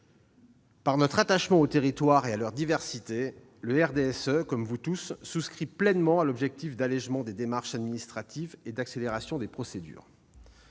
Par son attachement aux territoires et à leur diversité, comme vous tous, il souscrit pleinement à l'objectif d'allégement des démarches administratives et d'accélération des procédures.